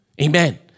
Amen